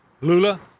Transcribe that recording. Lula